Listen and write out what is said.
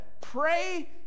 pray